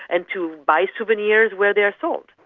and to buy souvenirs where they are sold.